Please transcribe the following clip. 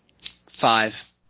Five